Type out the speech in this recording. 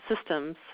systems